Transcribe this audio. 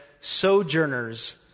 sojourners